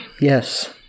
Yes